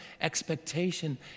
expectation